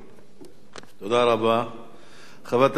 חברת הכנסת מירי רגב, בבקשה.